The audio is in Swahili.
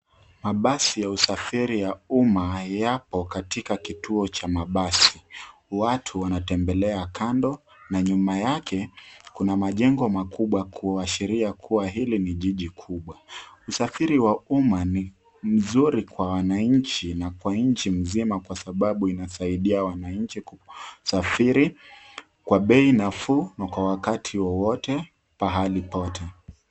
Mabasi ya usafiri ya uma yapo katika kituo cha mabasi. Watu wanatembelea kando na nyuma yake kuna majengo makubwa kuashiria kuwa hili ni jiji kubwa. Usafiri wa umma ni mzuri kwa wananchi na kwa nchi mzima kwa sababu inasaidia wananchi kusafiri kwa bei nafuu na kwa wakati wowote pahali popote.